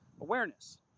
awareness